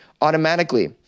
automatically